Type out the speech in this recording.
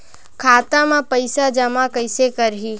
खाता म पईसा जमा कइसे करही?